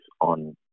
on